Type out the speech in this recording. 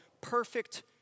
perfect